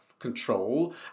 Control